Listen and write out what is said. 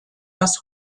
das